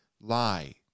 lie